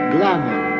Glamour